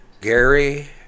Gary